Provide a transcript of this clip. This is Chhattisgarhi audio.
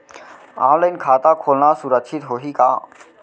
ऑनलाइन खाता खोलना सुरक्षित होही का?